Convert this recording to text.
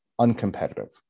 uncompetitive